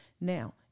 Now